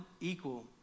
equal